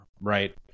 right